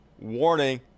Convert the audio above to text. Warning